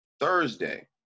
Thursday